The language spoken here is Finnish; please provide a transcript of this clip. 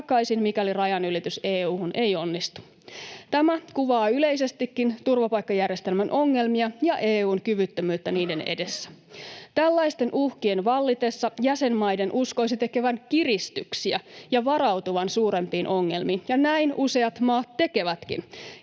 mikäli rajanylitys EU:hun ei onnistu. Tämä kuvaa yleisestikin turvapaikkajärjestelmän ongelmia ja EU:n kyvyttömyyttä niiden edessä. Tällaisten uhkien vallitessa jäsenmaiden uskoisi tekevän kiristyksiä ja varautuvan suurempiin ongelmiin, ja näin useat maat tekevätkin.